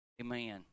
Amen